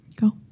Go